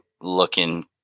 looking